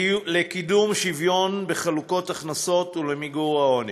לקידום שוויון בחלוקת הכנסות ולמיגור העוני.